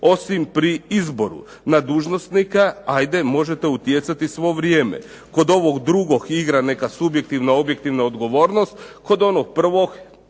osim pri izboru. Na dužnosnika hajde možete utjecati svo vrijeme. Kod ovog drugog igra neka subjektivna, objektivna odgovornost. Kod onog prvog